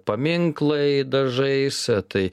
paminklai dažais tai